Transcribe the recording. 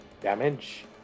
damage